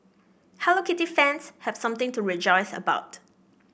Hello Kitty fans have something to rejoice about